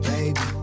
Baby